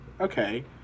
okay